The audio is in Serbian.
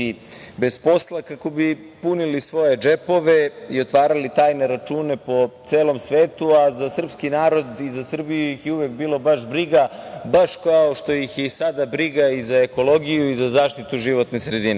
bez posla, kako bi punili svoje džepove i otvarali tajne račune po celom svetu, a za srpski narod i za Srbiju ih je uvek bilo baš briga, baš kao što ih je i sada briga i za ekologiju i za zaštitu životne sredine. Veliku